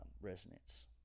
resonance